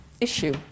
issue